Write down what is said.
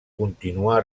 continua